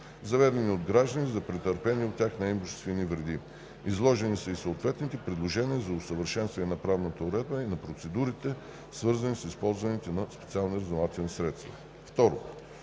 заведени от граждани за претърпени от тях неимуществени вреди. Изложени са и съответните предложения за усъвършенстване на правната уредба на процедурите, свързани с използването на СРС. II. В Доклада